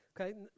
Okay